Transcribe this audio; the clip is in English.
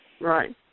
Right